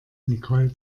nicole